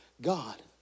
God